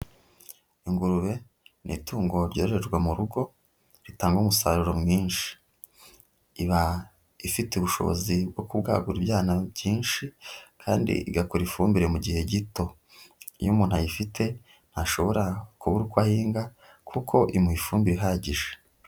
Ingurube ni itungo ryororerwa mu rugo, ritanga umusaruro mwinshi, iba ifite ubushobozi bwo kubwagura ibyana byinshi kandi igakora ifumbire mu gihe gito, iyo umuntu ayifite ntashobora kubura uko ahinga kuko imuha ifumbire ihagije.